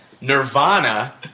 Nirvana